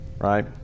right